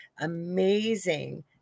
amazing